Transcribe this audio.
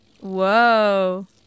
Whoa